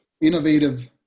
innovative